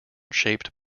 shaped